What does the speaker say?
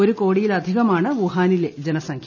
ഒരു കോടിയിലധികമാണ് വുഹാനിലെ ജനസംഖ്യ